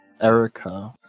erica